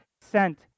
sent